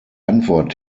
antwort